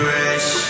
rich